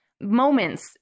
moments